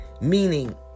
meaning